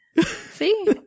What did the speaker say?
See